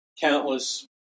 countless